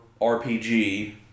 RPG